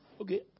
Okay